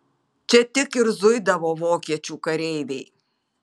čia tik ir zuidavo vokiečių kareiviai